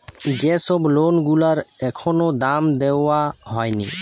যে সব লোন গুলার এখনো দাম দেওয়া হয়নি